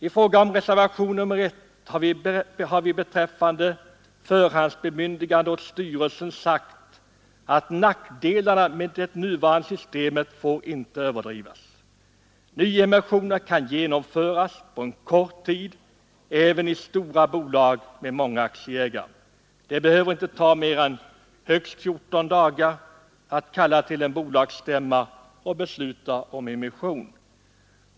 I fråga om reservationen 1 har vi beträffande förhandsbemyndigande åt styrelsen sagt att nackdelarna med det nuvarande systemet inte får överdrivas. Nyemissioner kan genomföras på kort tid, även i stora bolag med många aktieägare. Det behöver inte ta mer än högst 14 dagar att kalla till bolagsstämma och besluta om emission.